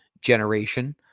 generation